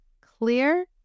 clear